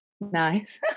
Nice